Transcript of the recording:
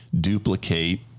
duplicate